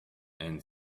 and